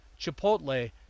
Chipotle